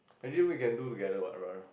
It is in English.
actually we can do together what brother